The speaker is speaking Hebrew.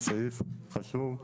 סעיף חשוב,